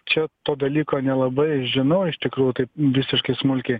čia to dalyko nelabai žinau iš tikrųjų taip visiškai smulkiai